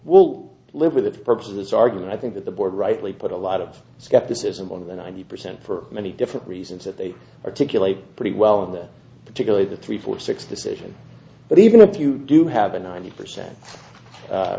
will live with the purpose argument i think that the board rightly put a lot of skepticism on the ninety percent for many different reasons that they articulate pretty well in that particularly the three four six decision but even if you do have a ninety percent